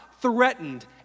threatened